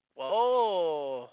Whoa